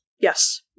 Yes